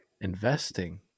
investing